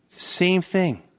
same thing.